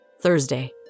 Thursday